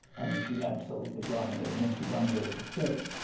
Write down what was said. i mean, she absolutely dominated him. she dominated the stage.